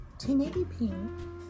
1080p